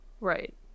Right